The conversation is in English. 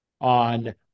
on